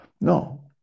no